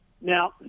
now